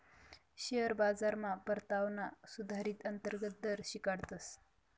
share बाजारमा परतावाना सुधारीत अंतर्गत दर शिकाडतस